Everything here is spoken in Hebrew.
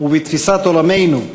ובתפיסת עולמנו,